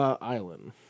Island